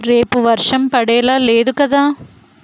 రేపు వర్షం పడేలా లేదు కదా